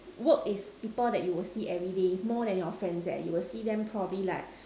work is people that you will see everyday more than your friends eh you will see them probably like